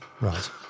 right